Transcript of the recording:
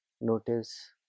Notice